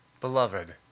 Beloved